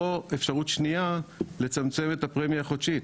או אפשרות שנייה לצמצם את הפרמיה החודשית